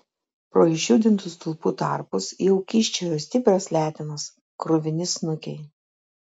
pro išjudintų stulpų tarpus jau kyščiojo stiprios letenos kruvini snukiai